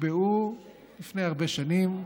נקבעו לפני הרבה שנים,